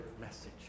message